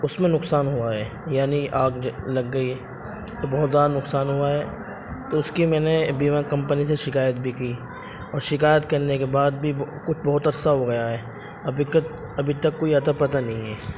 اس میں نقصان ہوا ہے یعنی آگ لگ گئی تو بہت زیادہ نقصان ہوا ہے تو اس کی میں نے بیما کمپنی سے شکایت بھی کی اور شکایت کرنے کے بعد بھی کچھ بہت عرصہ ہو گیا ہے ابھی تک ابھی تک کوئی اتا پتا نہیں ہے